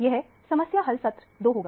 यह समस्या हल सत्र 2 होगा